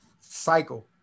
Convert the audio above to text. Cycle